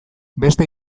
beste